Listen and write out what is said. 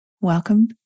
Welcome